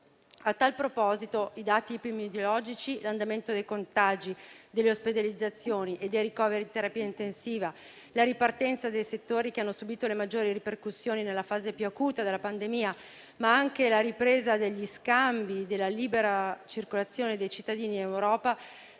A tal proposito, i dati epidemiologici, l'andamento dei contagi, delle ospedalizzazioni e dei ricoveri in terapia intensiva e la ripartenza dei settori che hanno subito le maggiori ripercussioni nella fase più acuta della pandemia, ma anche la ripresa degli scambi e della libera circolazione dei cittadini in Europa